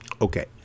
Okay